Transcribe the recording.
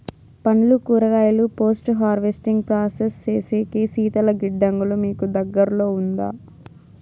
పండ్లు కూరగాయలు post harvesting process సేసేకి శీతల గిడ్డంగులు మీకు దగ్గర్లో ఉందా?